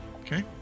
Okay